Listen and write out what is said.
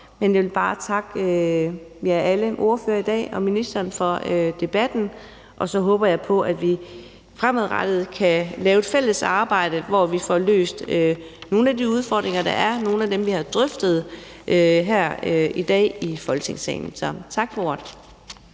jeg vil bare takke alle ordførerne og ministeren for debatten i dag, og så håber jeg på, at vi fremadrettet kan lave et fælles arbejde, hvor vi får løst nogle af de udfordringer, der er, nogle af dem, vi har drøftet her i dag i Folketingssalen. Så tak for